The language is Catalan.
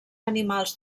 animals